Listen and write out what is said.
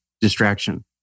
distraction